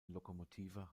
lokomotive